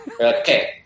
Okay